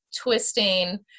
twisting